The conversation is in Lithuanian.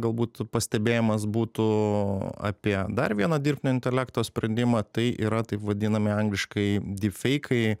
galbūt pastebėjimas būtų apie dar vieną dirbtinio intelekto sprendimą tai yra taip vadinami angliškai dyfeikai